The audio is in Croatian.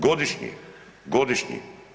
Godišnje, godišnje.